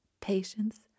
patience